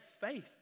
faith